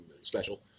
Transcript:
special